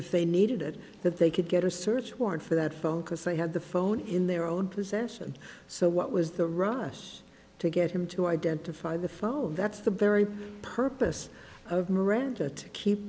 if they needed it that they could get a search warrant for that phone because they had the phone in their own possession so what was the russe to get him to identify the phone that's the very purpose of miranda to keep